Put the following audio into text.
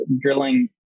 drilling